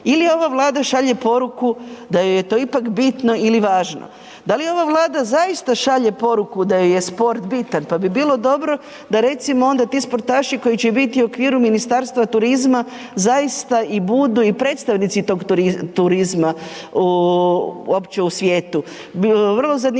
ili ova Vlada šalje poruku da joj je to ipak bitno ili važno? Da li ova Vlada zaista šalje poruku da joj je sport bitan pa bi bilo dobro da recimo onda ti sportaši koji će biti u okviru Ministarstva turizma zaista i budu i predstavnici tog turizma u, opće u svijetu? Vrlo zanimljivo